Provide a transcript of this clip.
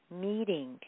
meeting